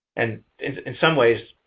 and in some ways,